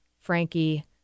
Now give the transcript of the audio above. Frankie